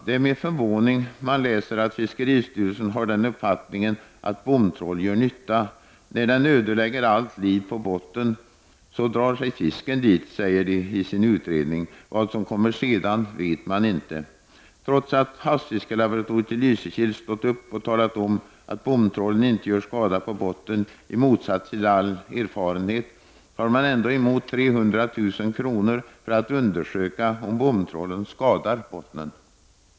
Det är med förvåning man läser att fiskeristyrelsen har den uppfattningen att bomtrålen gör nytta, när den ödelägger allt liv på botten. Då drar sig fisken dit, säger man i sin utredning. Vad som kommer sedan vet man inte. Trots att företrädare för havsfiskelaboratoriet i Lysekil har stått upp och talat om att bomtrålen inte gör skada på botten — i motsats till all erfarenhet — tar de ändå emot 300 000 kr. för att undersöka om bomtrålen skadar botten.